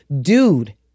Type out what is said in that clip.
dude